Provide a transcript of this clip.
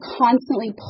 constantly